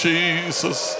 Jesus